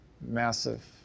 massive